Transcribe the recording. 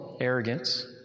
arrogance